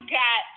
got